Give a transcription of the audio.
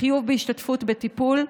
חיוב בהשתתפות בטיפול,